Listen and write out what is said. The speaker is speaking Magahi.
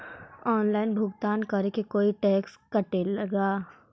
ऑनलाइन भुगतान करे को कोई टैक्स का कटेगा?